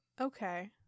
Okay